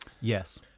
Yes